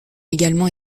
également